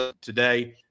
today